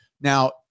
Now